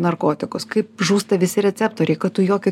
narkotikus kaip žūsta visi receptoriai kad tu jokio